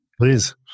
Please